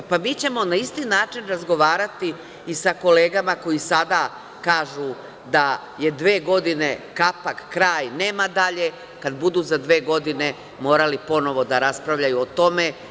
E, pa, mi ćemo na isti način razgovarati i sa kolegama koji sada kažu da je dve godine kapa, kraj, nema dalje, kad budu za dve godine morali ponovo da raspravljaju o tome.